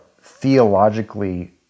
theologically